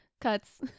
cuts